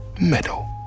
Meadow